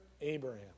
Abraham